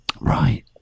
Right